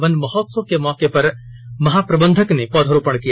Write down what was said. one महोत्सव के मौके पर महाप्रबंधक ने पौधरोपण किया